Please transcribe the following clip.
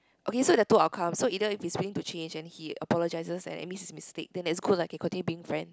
okay there are two outcomes so either he's willing to change and he apologizes and admit his mistakes then that's good lah can continue being friends